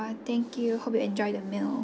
thank you hope you enjoy the meal